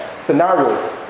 scenarios